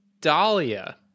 Dahlia